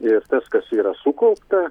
ir tas kas yra sukaupta